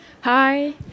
Hi